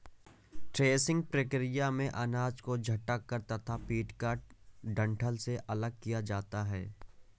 threshing प्रक्रिया में अनाज को झटक कर तथा पीटकर डंठल से अलग किया जाता है